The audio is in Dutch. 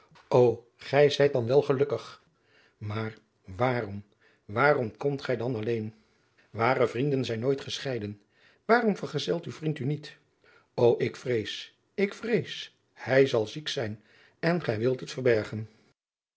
o gij zijn dan wel gelukkig maar waarom waarom komt gij dan alleen ware vrienden zijn nooit gescheiden waarom vergezelt uw vriend u niet o ik vrees ik vrees hij zal ziek zijn en gij wilt het verbergen